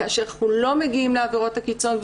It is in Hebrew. כאשר אנחנו לא מגיעים לעבירות הקיצון,